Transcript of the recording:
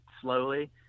slowly